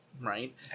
right